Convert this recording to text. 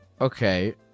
Okay